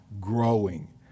growing